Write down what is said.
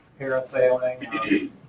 parasailing